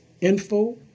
info